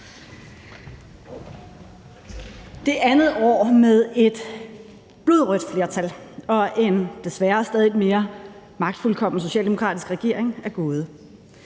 Det andet år med et blodrødt flertal og en desværre stadig mere magtfuldkommen socialdemokratisk regering er gået.